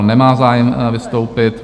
Nemá zájem vystoupit.